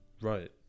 right